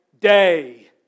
day